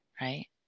Right